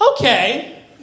okay